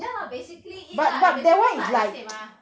ya lah basically it lah basically what I said mah